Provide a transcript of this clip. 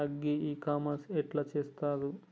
Agri e commerce ఎట్ల చేస్తరు?